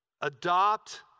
adopt